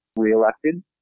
reelected